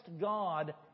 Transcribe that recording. God